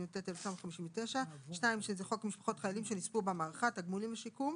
התשי"ט-1959 (2)חוק משפחות חיילים שנספו במערכה (תגמולים ושיקום),